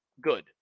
good